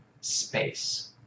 space